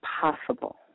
possible